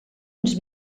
uns